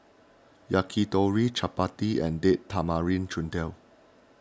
Yakitori Chapati and Date Tamarind Chutney